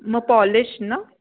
मग पॉलेश्ड ना